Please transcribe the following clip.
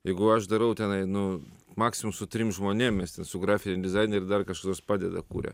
jeigu aš darau tenai nu maksimum su trim žmonėm mes su grafiniu dizaineriu ir dar kažkas nors padeda kuria